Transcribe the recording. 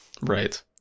Right